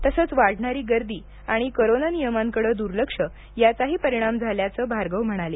तसंच वाढणारी गर्दी आणि कोरोना नियमांकडं दुर्लक्ष याचाही परिणाम झाल्याचं भार्गव म्हणाले